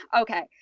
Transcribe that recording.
Okay